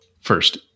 first